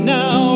now